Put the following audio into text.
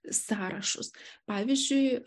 sąrašus pavyzdžiui